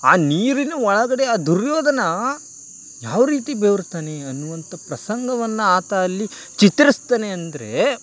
ಆ ನೀರಿನ ಒಳಗಡೆ ಆ ದುರ್ಯೋಧನ ಯಾವರೀತಿ ಬೇವರ್ತಾನೆ ಅನ್ನುವಂತಹ ಪ್ರಸಂಗವನ್ನು ಆತ ಅಲ್ಲಿ ಚಿತ್ರಿಸ್ತಾನೆ ಅಂದರೆ